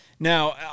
Now